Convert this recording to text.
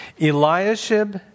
Eliashib